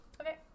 Okay